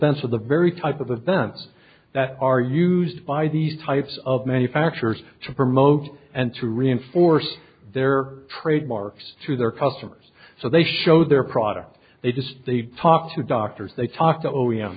the very type of the vents that are used by these types of manufacturers to promote and to reinforce their trademarks to their customers so they show their product they just the talk to doctors they talk to oh yeah